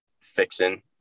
fixing